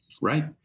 Right